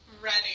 Ready